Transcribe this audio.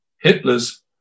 Hitler's